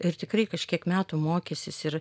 ir tikrai kažkiek metų mokęsis ir